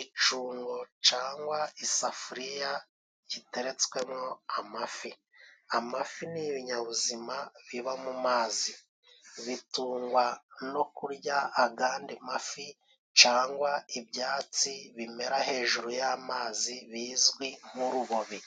Icungo cangwa isafuriya giteretswemwo amafi. Amafi ni ibinyabuzima biba mu mazi bitungwa no kurya agandi mafi cyangwa ibyatsi bimera hejuru y'amazi bizwi nk'urubobi.